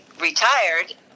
retired